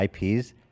IPs